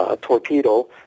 torpedo